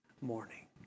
morning